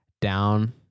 down